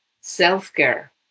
self-care